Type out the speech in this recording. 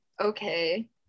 okay